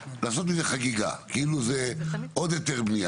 לעשות מזה חגיגה, כאילו זה עוד היתר בנייה.